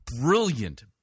Brilliant